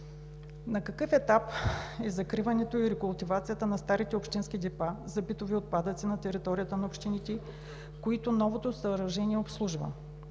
на какъв етап са закриването и рекултивацията на старите общински депа за битови отпадъци на територията на общините, които новото съоръжение обслужва?